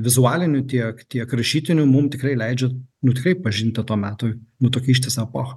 vizualinių tiek tiek rašytinių mum tikrai leidžia nu tikrai pažinti to meto nu tokia ištisą epochą